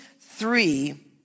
three